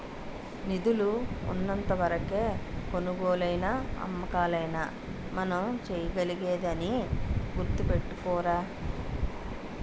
నిధులు ఉన్నంత వరకే కొనుగోలైనా అమ్మకాలైనా మనం చేయగలిగేది అని గుర్తుపెట్టుకోరా